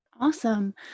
Awesome